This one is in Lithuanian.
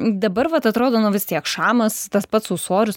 dabar vat atrodo nu vis tiek šamas tas pats ūsorius